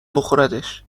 بخوردش